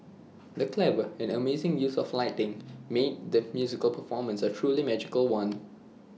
the clever and amazing use of lighting made the musical performance A truly magical one